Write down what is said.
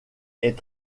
est